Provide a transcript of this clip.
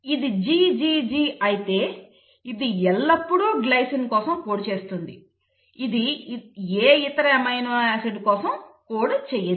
ఇది GGG అయితే ఇది ఎల్లప్పుడూ గ్లైసిన్ కోసం కోడ్ చేస్తుంది ఇది ఏ ఇతర అమైనో ఆసిడ్ కోసం కోడ్ చేయదు